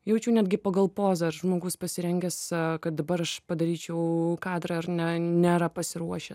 jaučiu netgi pagal pozą ar žmogus pasirengęs kad dabar aš padaryčiau kadrą ar ne nėra pasiruošęs